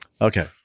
Okay